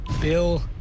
Bill